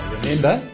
Remember